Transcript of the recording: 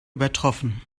übertroffen